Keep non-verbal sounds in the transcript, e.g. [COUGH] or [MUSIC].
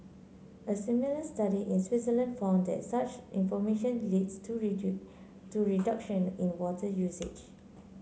a similar study in Switzerland found that such information leads to [UNINTELLIGIBLE] to reduction in water usage